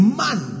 man